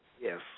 yes